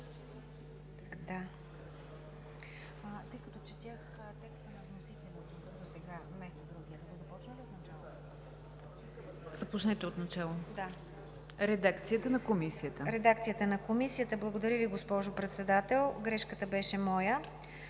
редакцията на Комисията